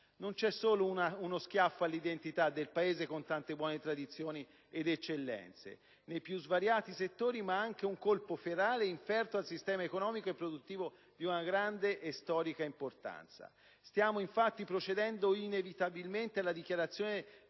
Non è solo uno schiaffo all'identità del Paese, con tante buone tradizioni ed eccellenze nei più svariati settori, ma anche un colpo ferale inferto al sistema economico e produttivo di una grande e storica importanza. Stiamo infatti procedendo inevitabilmente alla dichiarazione